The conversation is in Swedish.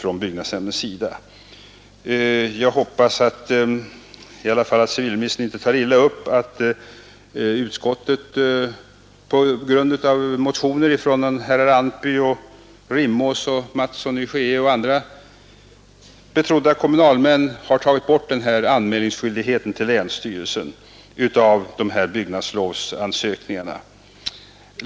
Jag hoppas i alla fall att civilministern inte tar illa upp att utskottet på grund av motioner från herrar Antby, Rimås, Mattsson i Skee och andra betrodda kommunalmän har tagit bort skyldigheten att anmäla dessa byggnadslovsansökningar till länsstyrelsen.